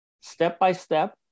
step-by-step